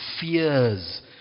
fears